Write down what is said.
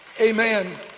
Amen